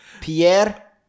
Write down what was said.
pierre